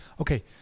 okay